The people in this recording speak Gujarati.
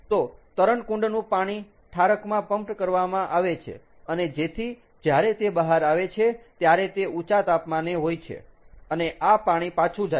તો તરણકુંડનું પાણી ઠારકમાં પમ્પ્ડ કરવામાં આવે છે અને જેથી જ્યારે તે બહાર આવે છે ત્યારે તે ઊંચા તાપમાને હોય છે અને આ પાણી પાછું જાય છે